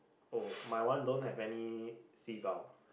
oh my one don't have any seagull